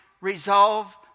resolve